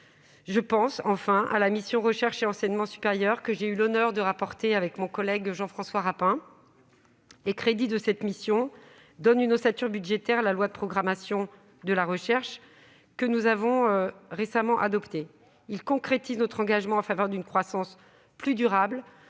Je pense enfin à la mission « Recherche et enseignement supérieur », dont j'ai eu l'honneur d'être le rapporteur avec mon collègue Jean-François Rapin. Les crédits de cette mission donnent une ossature budgétaire à la loi de programmation de la recherche que nous avons récemment adoptée. Ils concrétisent notre engagement en faveur d'une croissance plus durable,